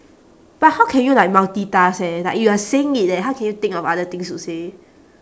but how can you like multitask eh like you are saying it leh how can you think of other things to say